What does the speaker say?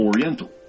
Oriental